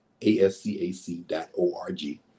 ASCAC.org